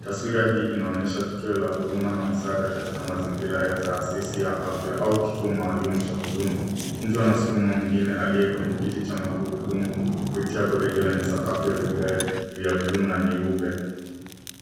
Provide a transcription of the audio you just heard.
Taswira hii inaonyesha tukio la huruma na msaada katika mazingira ya taasisi ya afya au kituo maalum cha huduma. Mtu anaskuma mwingine aliye kwenye kiti cha magurudumu kupitia corridor yenye sakafu ya vigae vya blue na nyeupe.